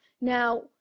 Now